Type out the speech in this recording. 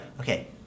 Okay